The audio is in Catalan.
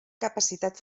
capacitat